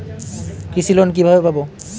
কৃষি লোন কিভাবে পাব?